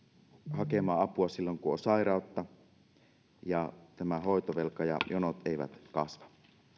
hakemaan apua silloin kun on sairautta ja hoitovelka ja jonot eivät kasva